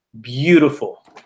beautiful